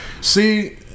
See